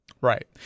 Right